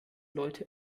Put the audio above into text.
leute